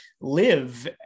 live